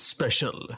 Special